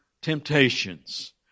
temptations